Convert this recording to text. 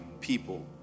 people